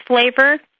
flavor